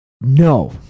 no